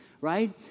right